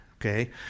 okay